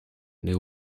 new